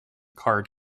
card